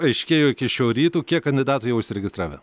paaiškėjo iki šio ryto kiek kandidatų jau užsiregistravę